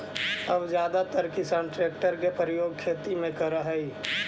अब जादेतर किसान ट्रेक्टर के प्रयोग खेती में करऽ हई